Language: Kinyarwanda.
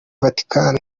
vatican